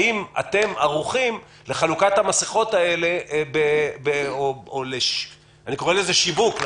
האם אתם ערוכים לחלוקת המסכות האלה או לשיווק שלהן,